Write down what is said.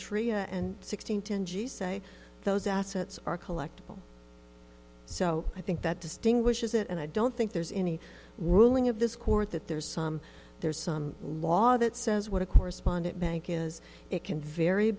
tria and sixteen tend to say those assets are collectible so i think that distinguishes it and i don't think there's any ruling of this court that there's some there's some law that says what a correspondent bank is it can vary